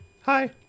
Hi